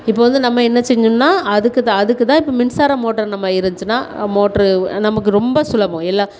இப்போ வந்து நம்ம என்ன செஞ்சோம்னா அதுக்கு தான் அதுக்கு தான் இப்போ மின்சாரம் மோட்டர் நம்ம இருந்துச்சுன்னா மோட்ரு நமக்கு ரொம்ப சுலபம் எல்லாம்